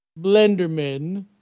Blenderman